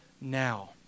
now